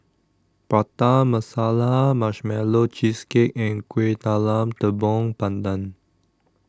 Prata Masala Marshmallow Cheesecake and Kueh Talam Tepong Pandan